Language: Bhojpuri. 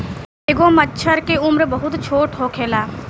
एगो मछर के उम्र बहुत छोट होखेला